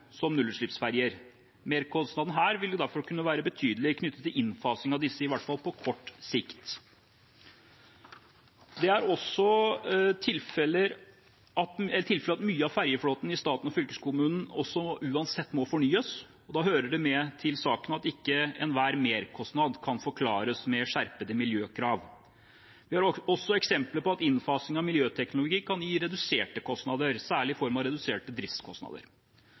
som nullutslippsferjer. Merkostnaden her vil derfor kunne være betydelig knyttet til innfasing av disse, i hvert fall på kort sikt. Det er tilfellet at mye av ferjeflåten i staten og fylkeskommunen uansett må fornyes, og da hører det med til saken at ikke enhver merkostnad kan forklares med skjerpede miljøkrav. Vi har eksempler på at innfasing av miljøteknologi kan gi reduserte kostnader, særlig i form av reduserte driftskostnader.